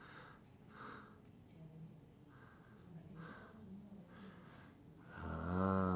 ah